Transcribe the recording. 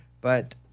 but-